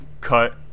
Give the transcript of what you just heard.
cut